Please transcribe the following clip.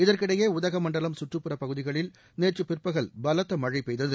இதற்கிடையே உதகமண்டலம் சுற்றுப்புறப் பகுதிகளில் நேற்று பிற்பகல் பலத்த மழை பெய்தது